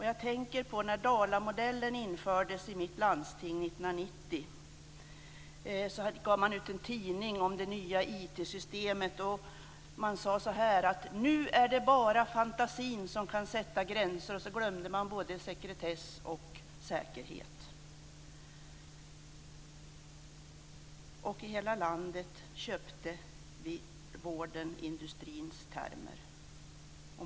Jag tänker på när Dalamodellen infördes i mitt hemlandsting år 1990. Då gav man ut en tidning om det nya IT-systemet. Man sade: Nu är det bara fantasin som kan sätta gränser. Sedan glömde man både sekretess och säkerhet. I hela landet köpte vi i vården industrins termer.